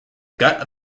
gut